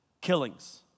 killings